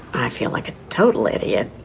i feel like a total idiot.